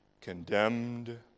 condemned